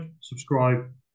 subscribe